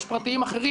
יש פרטיים אחרים,